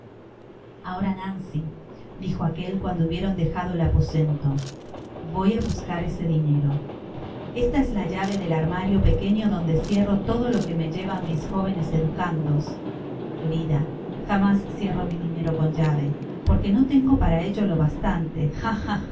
ahora nancy dijo aquel cuando hubieron dejado el aposentovoy á buscar ese dinero esta es la llave del armario pequeño donde cierro todo lo que me llevan mis jovenes educandos querida jamás cierro mi dinero con llave porque no tengo para ello lo bastante